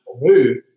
move